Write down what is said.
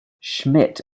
schmidt